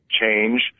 change